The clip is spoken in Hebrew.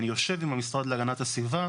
אני יושב עם המשרד להגנת הסביבה,